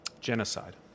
genocide